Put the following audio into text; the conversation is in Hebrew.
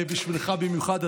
בשבילך במיוחד,